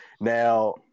Now